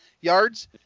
yards